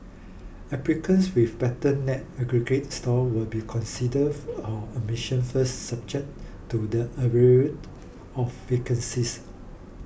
applicants with better net aggregate score will be considered for admission first subject to the of vacancies